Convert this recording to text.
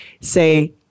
say